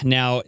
Now